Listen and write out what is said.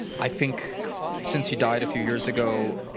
i think since he died a few years ago,